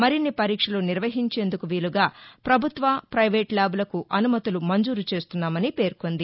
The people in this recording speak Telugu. మరిన్ని పరీక్షలు నిర్వహించేందుకు వీలుగా ప్రభుత్వ పైవేటు ల్యాబులకు అనుమతులు మంజూరు చేస్తున్నామని పేర్కొంది